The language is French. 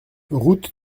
route